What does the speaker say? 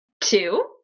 Two